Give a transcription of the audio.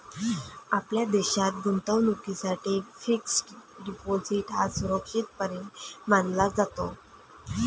आपल्या देशात गुंतवणुकीसाठी फिक्स्ड डिपॉजिट हा सुरक्षित पर्याय मानला जातो